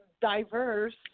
diverse